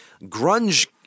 grunge